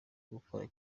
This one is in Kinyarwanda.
gukora